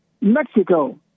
Mexico